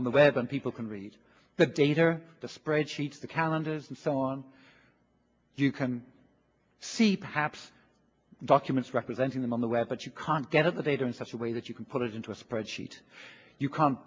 on the web and people can read the data the spreadsheets the calendars and so on you can see perhaps documents representing them on the web but you can't gather the data in such a way that you can put it into a spreadsheet you c